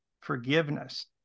forgiveness